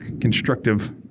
constructive